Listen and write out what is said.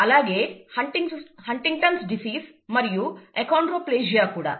అలాగే Huntington's disease Huntington's disease మరియు achondroplasia కూడా